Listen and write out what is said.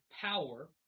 power